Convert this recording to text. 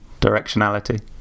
directionality